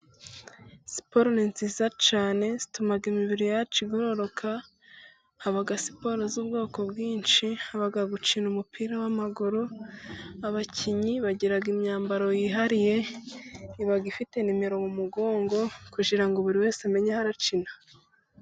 Siporo ni nziza cyane zituma imibiri yacu igorororoka, haba siporo z'ubwoko bwinshi, haba gukina umupira w'amaguru, abakinnyi bagira imyambaro yihariye iba ifite nimero mu mugongo, kugira buri wese amenye aho arakina.